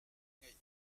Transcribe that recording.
ngeih